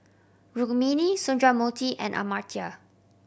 Rukmini Sundramoorthy and Amartya